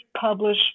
publish